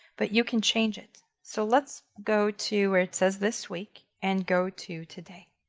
but you can change it. so let's go to where it says this week and go to today.